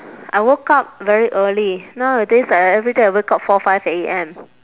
I woke up very early nowadays I everyday I wake up four five A_M